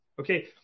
Okay